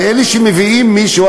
ואלה שמביאים מישהו,